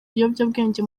ibiyobyabwenge